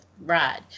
ride